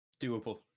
Doable